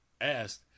asked